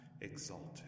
exalted